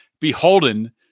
beholden